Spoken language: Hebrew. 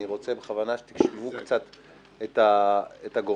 אני רוצה בכוונה שתשמעו קצת את הגורמים